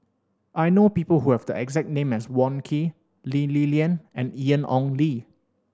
I know people who have the exact name as Wong Keen Lee Li Lian and Ian Ong Li